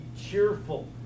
cheerful